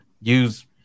use